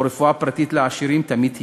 שבו רפואה פרטית לעשירים תמיד תהיה,